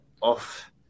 off